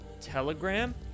Telegram